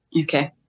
Okay